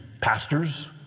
pastors